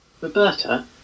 Roberta